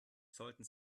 sollten